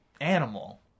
animal